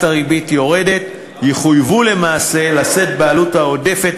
הריבית יורדת יחויבו למעשה לשאת בעלות העודפת.